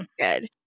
good